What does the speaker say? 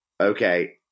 okay